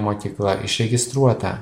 mokykla išregistruota